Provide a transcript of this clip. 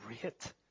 great